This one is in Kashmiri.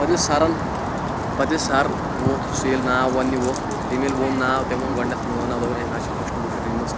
پَتہٕ ییٚلہِ سَرَن پَتہٕ ییٚلہِ سَر ووٚتھ سُہ ییٚلہِ ناو وَننہِ ووٚتھ تٔمۍ ییٚلہِ وون ناو تٔمۍ وون گۄڈنٮ۪تھ میون ناو دوٚپُن ہے مےٚ حظ چھِ فسٹ پُزیٖشَن أنۍ مٕژ